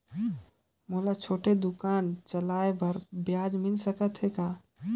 मोला छोटे दुकान चले बर ब्याज मिल सकत ही कौन?